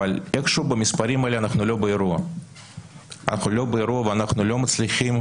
אבל איכשהו במספרים האלה אנחנו לא באירוע ואנחנו לא מצליחים